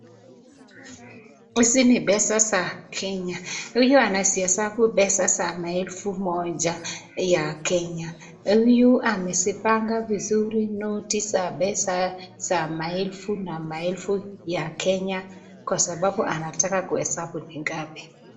Hizi ni pesa za Kenya. Huyu anazihesabu pesa za maelfu moja ya Kenya. Huyu amezipanga vizuri noti za pesa za maelfu na maelfu ya Kenya kwa sababu anataka kuhesabu ni ngapi.